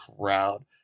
crowd